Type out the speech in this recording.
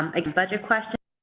again, budget questions,